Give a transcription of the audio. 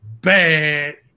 bad